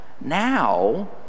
now